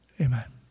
amen